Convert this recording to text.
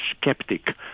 skeptic